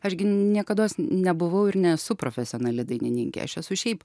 aš gi niekados nebuvau ir nesu profesionali dainininkė aš esu šiaip